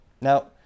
Now